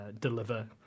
deliver